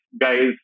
guys